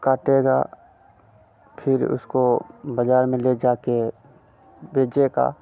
काटेगा फ़िर उसको बाज़ार में ले जाकर बेचेगा